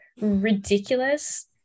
ridiculous